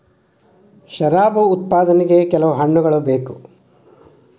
ಶರಾಬು ಉತ್ಪಾದನೆಗೆ ಕೆಲವು ಹಣ್ಣುಗಳ ಬೇಕು